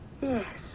Yes